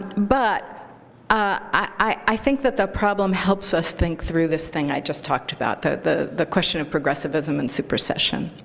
but i think that the problem helps us think through this thing i just talked about, the the question of progressivism and supercession.